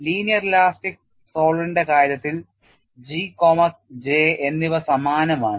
linear elastic സോളിഡിന്റെ കാര്യത്തിൽ G J എന്നിവ സമാനമാണ്